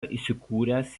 įsikūręs